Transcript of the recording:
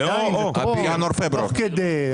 תוך כדי.